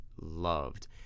loved